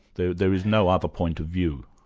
there there is no other point of view.